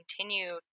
continue